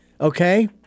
okay